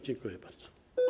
Dziękuję bardzo.